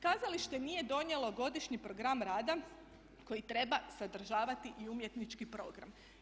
Kazalište nije donijelo godišnji program rada koji treba sadržavati i umjetnički program.